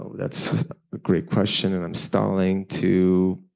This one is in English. that's a great question. and i'm stalling to